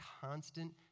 constant